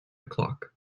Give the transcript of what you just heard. o’clock